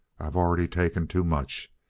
i've already taken too much.